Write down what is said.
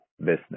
business